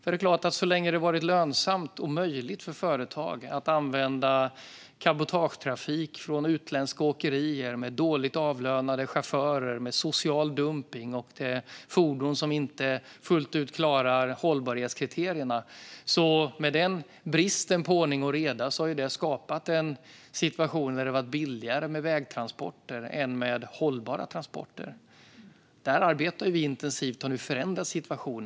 Det är klart att så länge det varit lönsamt och möjligt för företag att använda cabotagetrafik från utländska åkerier med dåligt avlönade chaufförer, social dumpning och fordon som inte fullt ut klarar hållbarhetskriterierna, så länge vi haft den bristen på ordning och reda, har det skapat en situation där det varit billigare med vägtransporter än med hållbara transporter. Vi arbetar intensivt med detta och har nu förändrat situationen.